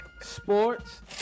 sports